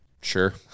Sure